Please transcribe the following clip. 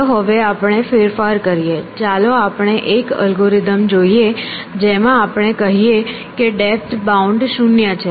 ચાલો હવે આપણે ફેરફાર કરીએ ચાલો આપણે એક અલ્ગોરિધમ જોઈએ જેમાં આપણે કહીએ કે ડેપ્થ બાઉન્ડ શૂન્ય છે